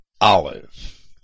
olive